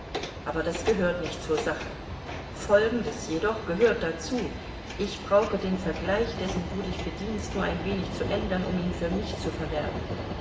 aber das gehört nicht zur sache folgendes jedoch gehört dazu ich brauche den vergleich dessen du dich bedientest nur ein wenig zu ändern um ihn für mich zu verwerten